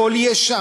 הכול יהיה שם.